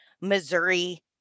Missouri